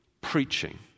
preaching